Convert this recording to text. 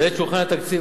בעת שהוכן התקציב,